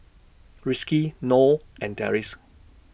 Rizqi Noh and Deris